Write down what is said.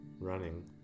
running